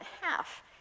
half